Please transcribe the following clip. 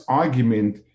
argument